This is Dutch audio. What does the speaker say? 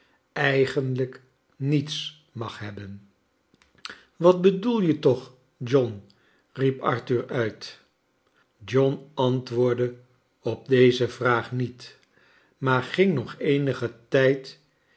eigenlijk niets mag hebben wat bcdoel je toch john riep arthur uit john antwoordde op cteze vraag niet maar ging nog eenigen tijd